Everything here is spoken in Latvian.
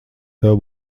tev